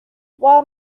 while